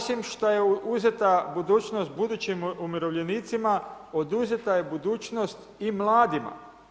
Osim što je uzeta budućnost budućim umirovljenicima, oduzeta je budućnost i mladima.